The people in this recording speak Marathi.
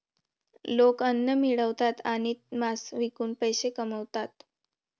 लोक अन्न मिळवतात आणि मांस विकून पैसे कमवतात